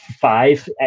five